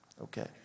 Okay